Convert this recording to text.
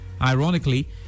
Ironically